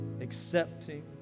accepting